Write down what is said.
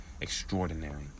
extraordinary